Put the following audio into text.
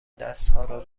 دستهارو